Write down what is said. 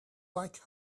like